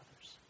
others